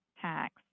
tax